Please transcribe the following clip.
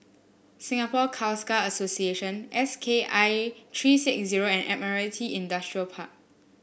Singapore Khalsa Association S K I three six zero and Admiralty Industrial Park